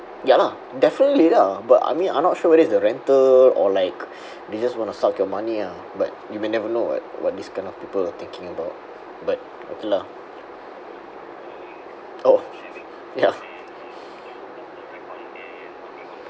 ya lah definitely lah but I mean I'm not sure whether is the rental or like they just want to suck your money ah but you may never know what what this kind of people are thinking about but okay lah !oh! ya